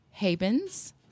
Habens